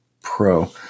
Pro